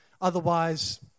Otherwise